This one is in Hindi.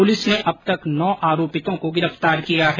पुलिस ने अब तक नौ आरोपितों को गिरफ्तार किया है